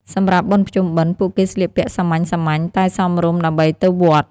សម្រាប់បុណ្យភ្ជុំបិណ្ឌ ពួកគេស្លៀកពាក់សាមញ្ញៗតែសមរម្យដើម្បីទៅវត្ត។